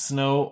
Snow